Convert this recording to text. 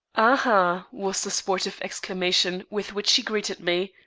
ah, ha! was the sportive exclamation with which she greeted me.